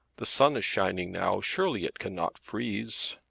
the sun is shining now. surely it cannot freeze.